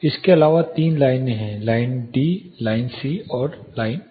इसके अलावा तीन लाइनें हैं लाइन डी लाइन सी और ई